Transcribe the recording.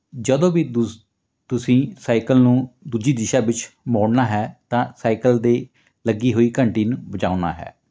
ਜਦੋਂ ਵੀ ਦੂਸ ਤੁਸੀਂ ਸਾਈਕਲ ਨੂੰ ਦੂਜੀ ਦਿਸ਼ਾ ਵਿੱਚ ਮੋੜਨਾ ਹੈ ਤਾਂ ਸਾਈਕਲ ਦੇ ਲੱਗੀ ਹੋਈ ਘੰਟੀ ਨੂੰ ਵਜਾਉਣਾ ਹੈ